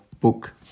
book